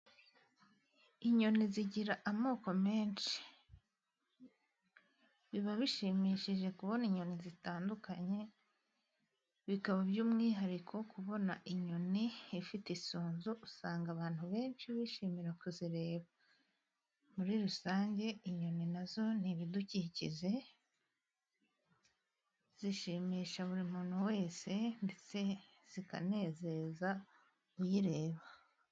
Inyoni z'amoko menshi, biba bishimishije kubona inyoni zitandukanye, by'umwihariko kubona inyoni ifite isunzu, usanga abantu benshi bishimira kuzireba muri rusange, inyoni nazo ni ibidukije zishimisha buri muntu wese ndetse zikanezeza uyireba.